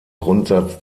grundsatz